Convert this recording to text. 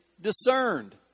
discerned